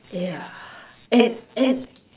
yeah and and